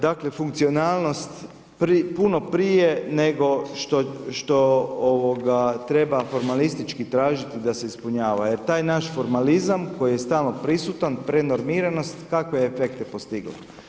Dakle, funkcionalnost puno prije nego što ovoga treba formalistički tražiti da se ispunjava jer taj naš formalizam koji je stalno prisutan prenorminiranost kakve efekte postigla?